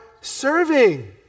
serving